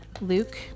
Luke